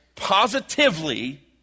positively